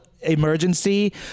emergency